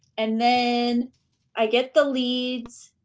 and then i get the leads,